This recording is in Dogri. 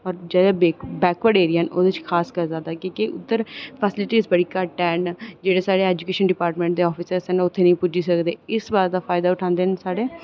होर जेह्के बैकवर्ड एरिया न उद्धर जादै की के फेस्लिटी बड़ी घट्ट न ते जेह्ड़े साढ़े एजूकेशन डिपार्टमेंट दे अफसर न ओह् उत्थै नेईं पुज्जी सकदे इस बात दा फायदा उठांदे न साढ़े